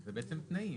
זה בעצם תנאים.